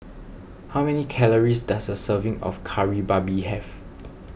how many calories does a serving of Kari Babi have